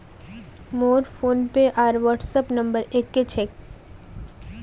मोर फोनपे आर WhatsApp number एक क छेक